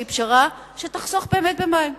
פשרה כלשהי שתחסוך באמת במים.